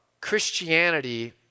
Christianity